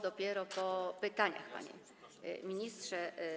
Dopiero po pytaniach, panie ministrze.